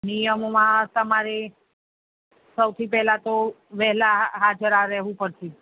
નિયમોમાં તમારે સૌથી પહેલાં તો વહેલાં હા હાજર આ રહેવું પડશે